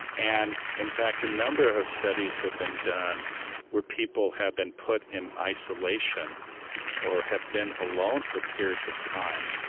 and in fact, a number of studies have been done where people have been put in isolation or have been alone for periods of time,